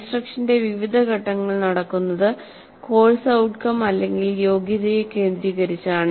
ഇൻസ്ട്രക്ഷന്റെ വിവിധ ഘട്ടങ്ങൾ നടക്കുന്നത് കോഴ്സ് ഔട്ട്കം അല്ലെങ്കിൽ യോഗ്യതയെ കേന്ദ്രീകരിച്ചാണ്